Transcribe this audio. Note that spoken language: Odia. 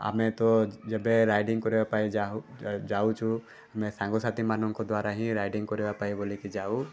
ଆମେ ତ ଯେ ଯେବେ ରାଇଡ଼ିଙ୍ଗ୍ କରିବା ପାଇଁ ଯାଉ ଯାଉଛୁ ଆମେ ସାଙ୍ଗସାଥୀଙ୍କ ମାନଙ୍କ ଦ୍ୱାରା ହିଁ ରାଇଡ଼ିଙ୍ଗ୍ କରିବା ପାଇଁ ବୋଲିକି ଯାଉ